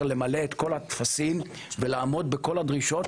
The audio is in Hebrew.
למלא את כל הטפסים ולעמוד בכל הדרישות,